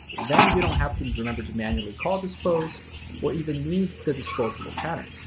then you don't have to remember to manually call dispose or even need the disposable pattern.